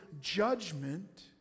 judgment